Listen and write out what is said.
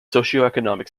socioeconomic